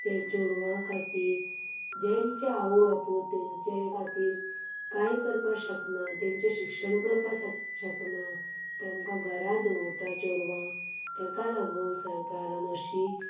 त्या चेडवां खातीर जांचे आवय बापूय तांचे खातीर कांय करपाक शकना तांचें शिक्षण करपाक शकना तेमकां घरा दवरतात चेडवांक ताका लागून सरकारान अशी